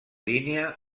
línia